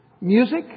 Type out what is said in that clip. Music